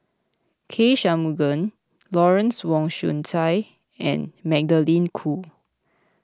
K Shanmugam Lawrence Wong Shyun Tsai and Magdalene Khoo